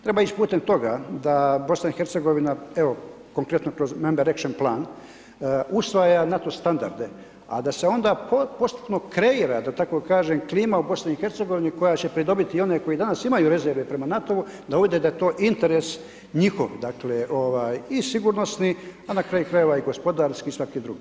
Treba ići putem toga da BiH evo konkretno kroz ... direction plan usvaja NATO standarde a da se onda postupno kreira da tako kažem klima u BiH koja će pridobiti i one koji danas imaju rezerve prema NATO-u da urede da je to interes njihov, dakle i sigurnosni a na kraju krajeva i gospodarski i svaki drugi.